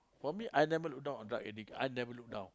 for me I never look down on drug addict I never look down